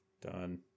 Done